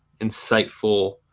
insightful